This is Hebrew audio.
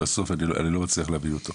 בסוף אני לא מצליח להבין אותו.